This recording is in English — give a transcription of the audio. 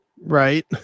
right